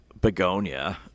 begonia